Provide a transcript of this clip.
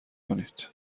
کنید